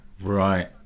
right